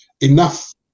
enough